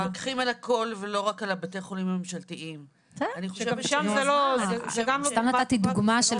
לא, לא, אבל זאת לא דוגמה טובה.